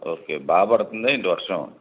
okay బాగాపడుతొందా ఏంటీ వర్షం